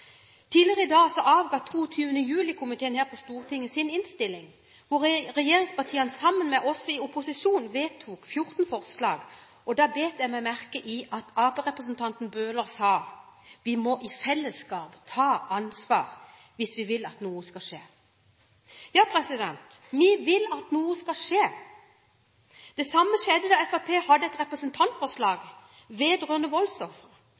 Tidligere i dag avga 22. juli-komiteen her på Stortinget sin innstilling, hvor regjeringspartiene sammen med oss i opposisjonen har vedtatt 14 forslag. Da bet jeg meg merke i at arbeiderpartirepresentanten Bøhler sa: Vi må i fellesskap ta ansvar hvis vi vil at noe skal skje. – Ja, vi vil at noe skal skje. Det samme skjedde da Fremskrittspartiet hadde et